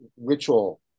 ritual